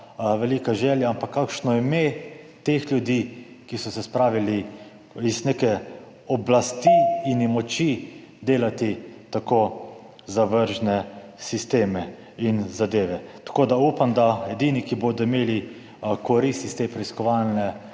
velika želja, ampak kakšno ime teh ljudi, ki so se spravili zaradi neke oblasti in moči delat tako zavržne sisteme in zadeve. Upam, da bodo edini, ki bodo imeli korist od te preiskovalne